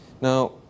Now